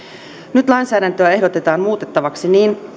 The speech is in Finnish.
nyt lainsäädäntöä ehdotetaan muutettavaksi niin